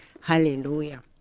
Hallelujah